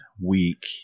week